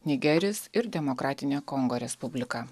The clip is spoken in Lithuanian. nigeris ir demokratinė kongo respublika